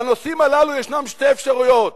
בנושאים הללו יש שתי אפשרויות: